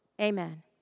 Amen